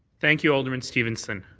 thank you, alderman stevenson.